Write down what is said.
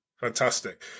fantastic